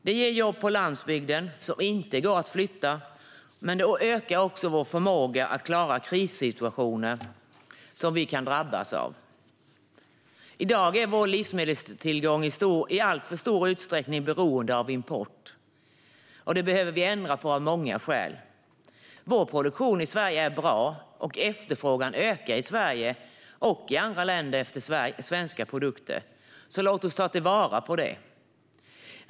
Det ger jobb på landsbygden som inte går att flytta. Det ökar också vår förmåga att klara de krissituationer vi kan drabbas av. I dag är vår livsmedelstillgång i alltför stor utsträckning beroende av import. Det behöver vi ändra på av många skäl. Vår produktion i Sverige är bra, och efterfrågan på svenska produkter ökar i Sverige och i andra länder. Låt oss ta vara på det.